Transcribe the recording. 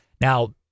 Now